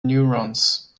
neurons